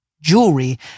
jewelry